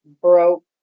broke